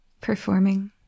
Performing